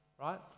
right